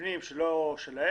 מבנים לא שלהם,